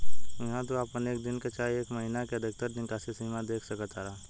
इहा तू आपन एक दिन के चाहे एक महीने के अधिकतर निकासी सीमा देख सकतार